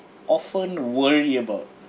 often worry about